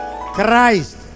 Christ